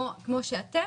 כמו שאתם,